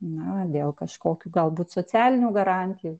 na dėl kažkokių galbūt socialinių garantijų